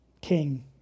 king